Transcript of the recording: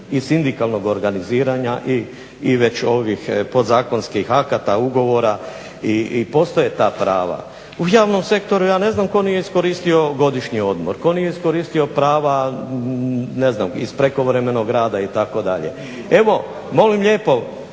i sindikalnog organiziranja i već ovih podzakonskih akata, ugovora i postoje ta prava. U javnom sektoru ja ne znam tko nije iskoristio godišnji odmor, tko nije iskoristio prava ne znam iz prekovremenog rada itd. Evo molim lijepo,